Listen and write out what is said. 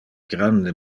grande